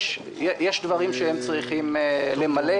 יש דברים שהם צריכים למלא,